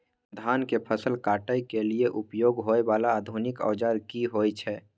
धान के फसल काटय के लिए उपयोग होय वाला आधुनिक औजार की होय छै?